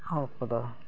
ᱦᱚᱲ ᱠᱚᱫᱚ ᱦᱮᱸ